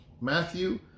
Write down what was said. Matthew